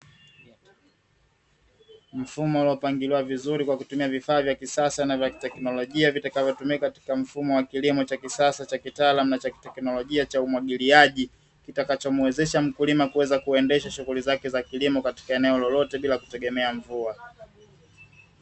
Mfumo uliopangiliwa vizuri kwa kutumia vifaa vya kisasa na vya kiteknolojia vitakavyotumika katika mfumo wa kilimo cha kisasa cha kitaalamu na cha kiteknolojia cha umwagiliaji, kitakachomuwezesha mkulima kuweza kuendesha shughuli zake za kilimo katika eneo lolote bila kutegemea mvua.